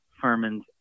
Furman's